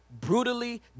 brutally